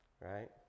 right